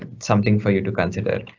something for you to consider.